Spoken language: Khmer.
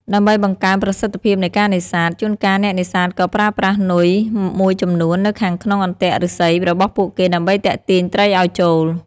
ដើម្បីបង្កើនប្រសិទ្ធភាពនៃការនេសាទ ជួនកាលអ្នកនេសាទក៏ប្រើប្រាស់នុយមួយចំនួននៅខាងក្នុងអន្ទាក់ឫស្សីរបស់ពួកគេដើម្បីទាក់ទាញត្រីឲ្យចូល។